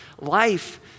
life